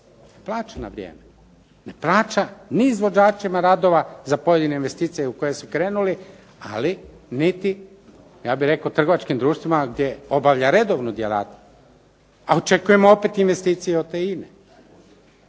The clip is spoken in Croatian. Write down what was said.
ne plaća na vrijeme, ne plaća ni izvođačima radova za pojedine investicije u koje su krenuli, ali niti ja bih rekao trgovačkim društvima gdje obavljaju redovnu djelatnost, a očekujemo opet investicije od te INA-e.